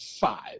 five